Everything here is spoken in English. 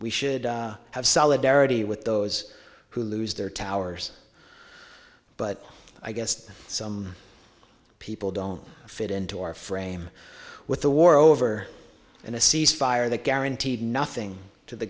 we should have solidarity with those who lose their towers but i guess some people don't fit into our frame with the war over and a ceasefire that guaranteed nothing to the